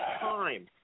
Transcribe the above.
time